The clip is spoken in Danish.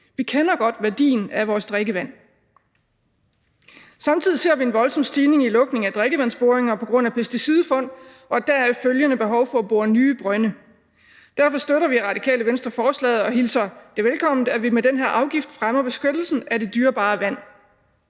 Vi kender godt værdien af vores drikkevand. Samtidig ser vi en voldsom stigning i lukningen af drikkevandsboringer på grund af pesticidfund og deraf følgende behov for at bore nye brønde. Derfor støtter vi i Radikale Venstre forslaget og hilser det velkommen, at vi med den her afgift fremmer beskyttelsen af det dyrebare vand.